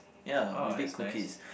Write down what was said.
ya we bake cookies